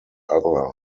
other